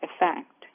effect